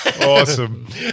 awesome